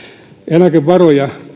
eläkevaroja